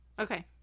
Okay